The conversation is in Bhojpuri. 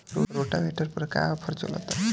रोटावेटर पर का आफर चलता?